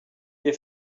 les